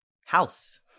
house